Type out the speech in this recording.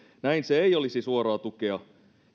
näin se ei olisi suoraa tukea